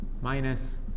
minus